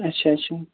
اچھا اچھا